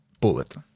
bullet